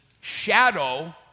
shadow